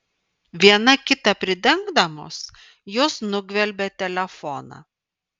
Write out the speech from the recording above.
viena kitą pridengdamos jos nugvelbė telefoną